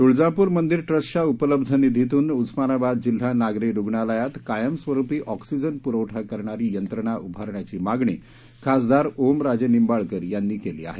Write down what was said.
तुळजापूर मंदिर ट्रस्टच्या उपलब्ध निधीतून उस्मानाबाद जिल्हा नागरी रुग्णालयात कायम स्वरूपी ऑक्सिजन पुरवठा करणारी यंत्रणा उभारण्याची मागणी खासदार ओम राजे निंबाळकर यांनी केली आहे